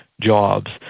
jobs